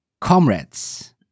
comrades